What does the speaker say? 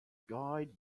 guide